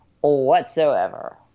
whatsoever